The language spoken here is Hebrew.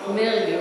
מֵרגי.